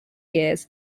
years